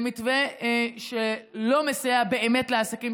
זה מתווה שלא מסייע באמת לעסקים,